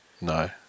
No